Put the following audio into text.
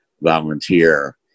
volunteer